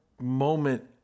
moment